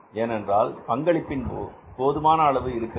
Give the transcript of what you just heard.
ஏனென்றால் பங்களிப்பில் போதுமான அளவு இருக்கிறது